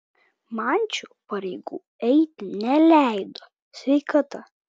man šių pareigų eiti neleido sveikata